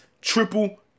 triple